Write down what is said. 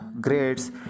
grades